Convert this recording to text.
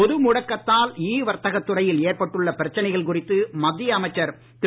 பொது முடக்கத்தால் இ வர்த்தகத் துறையில் ஏற்பட்டுள்ள பிரச்சனைகள் மத்திய அமைச்சர் திரு